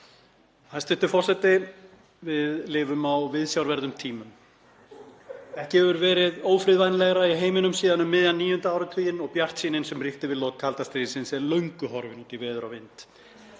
Hæstv. forseti. Við lifum á viðsjárverðum tímum. Ekki hefur verið ófriðvænlegra í heiminum síðan um miðjan níunda áratuginn og bjartsýnin sem ríkti við lok kalda stríðsins er löngu horfin út í veður og vind.